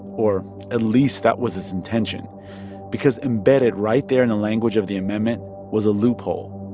or at least that was its intention because embedded right there in the language of the amendment was a loophole.